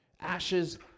Ashes